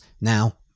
Now